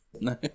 No